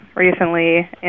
recently